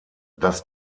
das